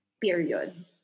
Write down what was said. period